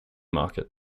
market